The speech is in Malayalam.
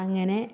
അങ്ങനെ